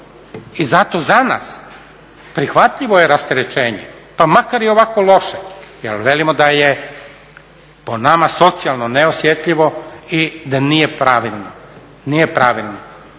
i zato za nas prihvatljivo je rasterećenje pa makar i ovako loše, jer velimo da je po nama socijalno neosjetljivo i da nije pravilno. Ali i to